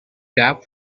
cap